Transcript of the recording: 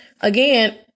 again